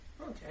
Okay